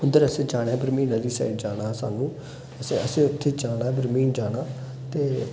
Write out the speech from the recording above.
उद्धर असें जाना बरमीन आह्ली साइड जाना सानूं असें असें उत्थै जाना बरमीन जाना ते